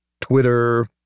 Twitter